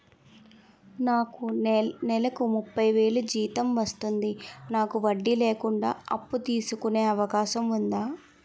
నాకు నేలకు ముప్పై వేలు జీతం వస్తుంది నాకు వడ్డీ లేకుండా అప్పు తీసుకునే అవకాశం ఉందా